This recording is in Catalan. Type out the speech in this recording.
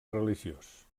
religiós